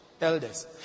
elders